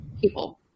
people